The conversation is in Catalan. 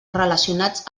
relacionats